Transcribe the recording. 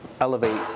elevate